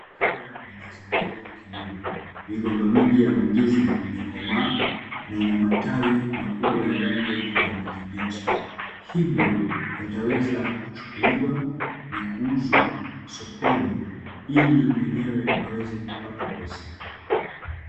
Haya ni mazingira ya kilimo. Migomba mingi ya mandizi imekomaa na ina matawi makubwa ya rangi ya kijani kibichi, hivyo yataweza kuchukuliwa na kuuzwa sokoni ili mwenyewe aweze kupata pesa.